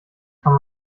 kann